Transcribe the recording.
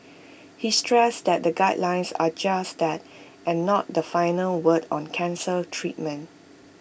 he stressed that the guidelines are just that and not the final word on cancer treatment